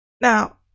Now